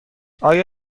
آیا